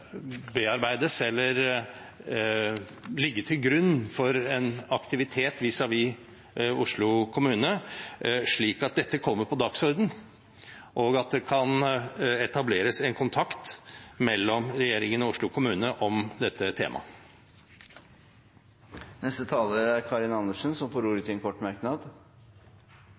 bearbeides, eller ligge til grunn for en aktivitet vis-à-vis Oslo kommune, slik at dette kommer på dagsordenen, og at det kan etableres en kontakt mellom regjeringen og Oslo kommune om dette temaet. Representanten Karin Andersen har hatt ordet to ganger tidligere og får ordet til en kort merknad,